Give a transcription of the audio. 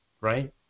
Right